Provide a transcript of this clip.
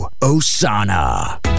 Osana